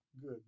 good